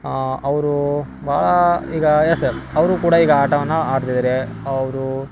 ಅವರೂ ಬಹಳ ಈಗ ಅವರು ಕೂಡ ಈಗ ಆಟವನ್ನು ಆಡ್ತಿದ್ದಾರೆ ಅವರು